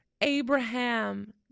Abraham